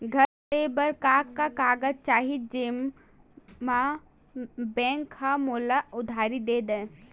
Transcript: घर ले बर का का कागज चाही जेम मा बैंक हा मोला उधारी दे दय?